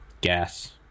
gas